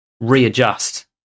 readjust